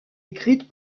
écrite